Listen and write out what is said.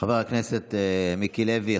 חבר הכנסת מיקי לוי,